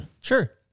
Sure